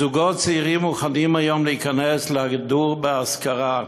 זוגות צעירים מוכנים היום להיכנס לגור בהשכרה,